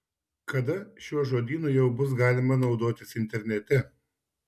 kada šiuo žodynu jau bus galima naudotis internete